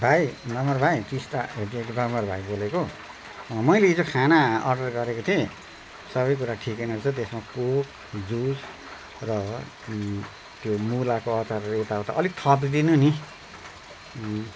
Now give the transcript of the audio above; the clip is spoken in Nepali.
भाइ भाइ टिस्टा होटलबाट भाइ बोलेको मैले हिजो खाना अर्डर गरेको थिएँ सबै कुरो ठिकै नै छ त्यसमा कोक जुस र त्यो मुलाको अचारहरू यताउता अलिक थपिदिनु नि